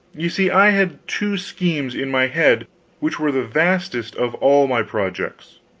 you see, i had two schemes in my head which were the vastest of all my projects.